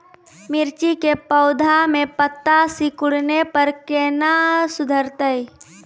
मिर्ची के पौघा मे पत्ता सिकुड़ने पर कैना सुधरतै?